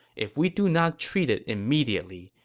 if we do not treat it immediately,